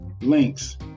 links